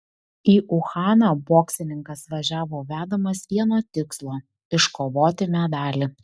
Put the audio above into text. į uhaną boksininkas važiavo vedamas vieno tikslo iškovoti medalį